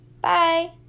bye